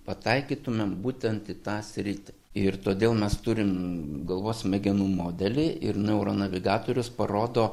pataikytumėm būtent į tą sritį ir todėl mes turim galvos smegenų modelį ir neuronavigatorius parodo